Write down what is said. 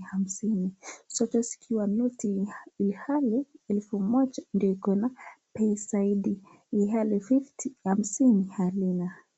ya hamsini. Zote zikiwa noti ilhali elfu moja ndio iko na bei zaidi na hamsini halina.